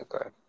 Okay